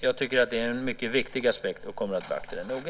Jag tycker att det är en mycket viktig aspekt och kommer att beakta den noga.